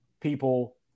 people